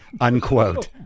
unquote